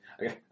Okay